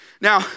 Now